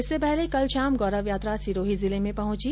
इससे पहले कल शाम गौरव यात्रा सिरोही जिले में पहुंची